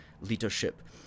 leadership